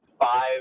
five